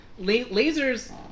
Lasers